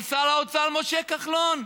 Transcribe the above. אבל שר האוצר משה כחלון,